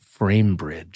FrameBridge